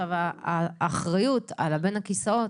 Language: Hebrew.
האחריות על הבין-כיסאות